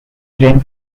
ran